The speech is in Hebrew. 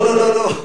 לא, לא.